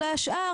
כלומר,